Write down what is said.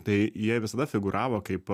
tai jie visada figūravo kaip